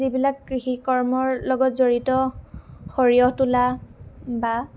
যিবিলাক কৃষি কৰ্মৰ লগত জড়িত সৰিয়হ তোলা বা